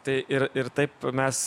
tai ir ir taip mes